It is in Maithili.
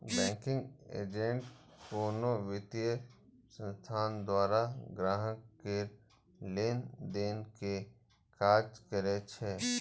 बैंकिंग एजेंट कोनो वित्तीय संस्थान द्वारा ग्राहक केर लेनदेन के काज करै छै